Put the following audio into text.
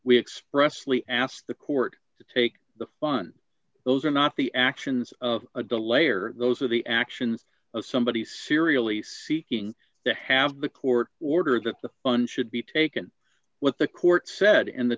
we expressly ask the court to take the fun those are not the actions of a delay are those are the actions of somebody serially seeking to have the court order that the fund should be taken what the court said and the